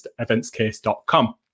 eventscase.com